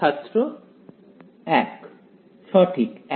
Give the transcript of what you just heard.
ছাত্র 1 সঠিক 1